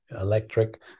electric